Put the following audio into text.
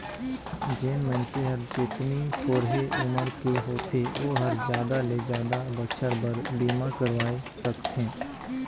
जेन मइनसे हर जेतनी थोरहें उमर के होथे ओ हर जादा ले जादा बच्छर बर बीमा करवाये सकथें